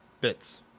bits